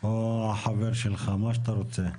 או החבר שלך, מה שאתה רוצה.